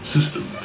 System